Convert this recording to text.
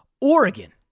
Oregon